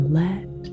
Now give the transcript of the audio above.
let